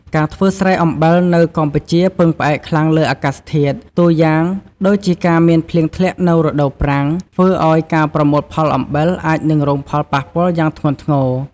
ការធ្វើស្រែអំបិលនៅកម្ពុជាពឹងផ្អែកខ្លាំងលើអាកាសធាតុ តួយ៉ាងដូចជាការមានភ្លៀងធ្លាក់នៅរដូវប្រាំង ធ្វើឲ្យការប្រមូលផលអំបិលអាចនឹងរងផលប៉ះពាល់យ៉ាងធ្ងន់ធ្ងរ។